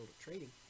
trading